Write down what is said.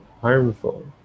harmful